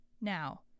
Now